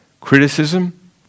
Criticism